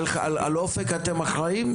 אתם אחראים על אופק?